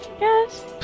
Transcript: Yes